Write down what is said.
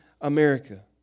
America